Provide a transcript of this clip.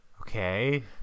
Okay